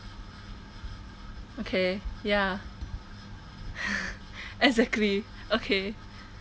okay ya exactly okay